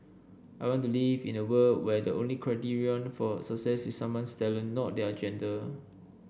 I want to live in a world where the only criterion for success is someone's talent not their gender